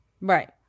Right